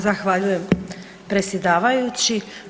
Zahvaljujem predsjedavajući.